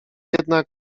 jednak